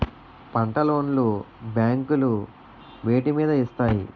పంట లోన్ లు బ్యాంకులు వేటి మీద ఇస్తాయి?